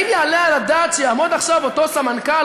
האם יעלה על הדעת שיעמוד עכשיו אותו סמנכ"ל,